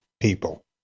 People